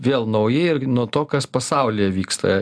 vėl nauji irgi nuo to kas pasaulyje vyksta